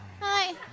Hi